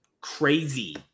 crazy